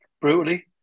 brutally